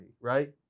right